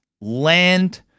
land